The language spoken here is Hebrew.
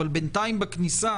אבל בינתיים בכניסה